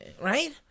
Right